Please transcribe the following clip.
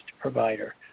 provider